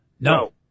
No